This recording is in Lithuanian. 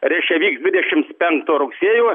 reiškia vyks dvidešimt penkto rugsėjo